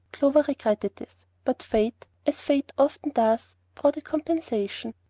clover regretted this but fate, as fate often does, brought a compensation.